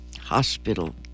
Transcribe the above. hospital